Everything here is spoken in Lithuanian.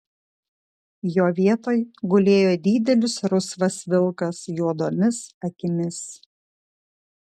jo vietoj gulėjo didelis rusvas vilkas juodomis akimis